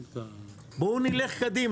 בואו נלך קדימה.